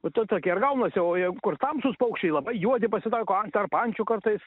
o tu tokie ir gaunasi o jei kur tamsūs paukščiai labai juodi pasitaiko an tarp ančių kartais